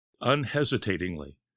unhesitatingly